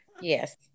Yes